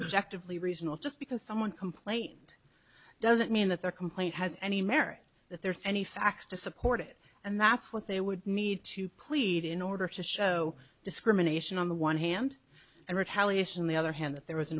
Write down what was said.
objective lee reasonal just because someone complained doesn't mean that their complaint has any merit that there are any facts to support it and that's what they would need to plead in order to show discrimination on the one hand and retaliation the other hand that there was an